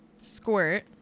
Squirt